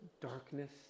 darkness